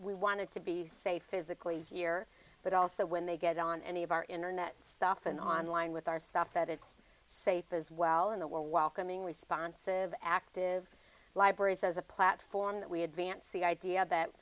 we wanted to be safe physically here but also when they get on any of our internet stuff and online with our stuff that it's safe as well in the we're welcoming responsive active libraries as a platform that we advance the idea that